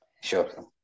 Sure